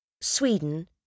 Sweden